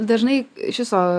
dažnai iš viso